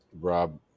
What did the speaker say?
Rob